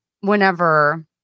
whenever